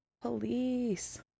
Police